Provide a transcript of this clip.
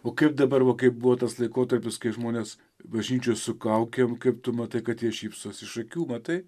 o kaip dabar va kai buvo tas laikotarpis kai žmonės bažnyčioj su kaukėm kaip tu matai kad jie šypsosi iš akių matai